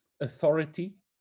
authority